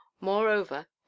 moreover